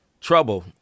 trouble